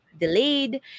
delayed